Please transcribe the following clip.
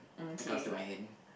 I can't feel my hand